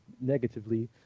negatively